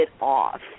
off